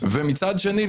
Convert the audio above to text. ומצד שני,